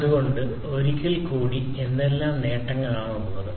അതുകൊണ്ട് ഒരിക്കൽക്കൂടി എന്തെല്ലാം നേട്ടങ്ങളാണ് ഉള്ളത്